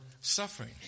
suffering